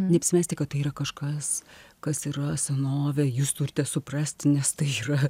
neapsimesti kad tai yra kažkas kas yra senovė jūs turite suprasti nes tai yra